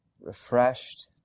refreshed